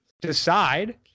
decide